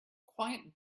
quiet